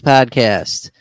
Podcast